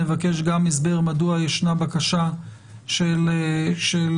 נבקש גם הסבר מדוע ישנה בקשה של תחולה